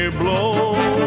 blow